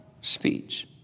speech